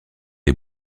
les